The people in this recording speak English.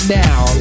down